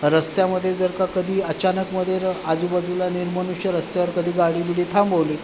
रस्त्यामध्ये जर का कधी अचानकमध्ये आजूबाजूला निर्मनुष्य रस्त्यावर कधी गाडी बिडी थांबवली